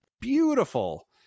beautiful